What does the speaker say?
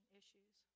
issues